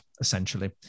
essentially